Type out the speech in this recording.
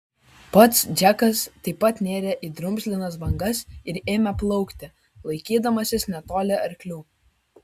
pats džekas taip pat nėrė į drumzlinas bangas ir ėmė plaukti laikydamasis netoli arklių